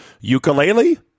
ukulele